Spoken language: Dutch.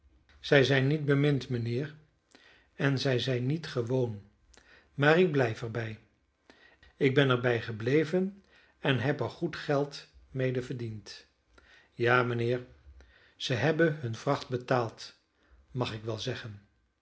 zij zijn niet bemind mijnheer en zij zijn niet gewoon maar ik blijf er bij ik ben er bij gebleven en heb er goed geld mede verdiend ja mijnheer zij hebben hunne vracht betaald mag ik wel zeggen